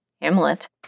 Hamlet